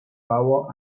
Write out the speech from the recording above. bauer